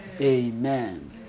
Amen